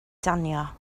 danio